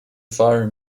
firing